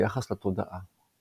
ביחס לתודעה.